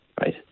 Right